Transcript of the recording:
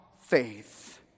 faith